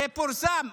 זה פורסם.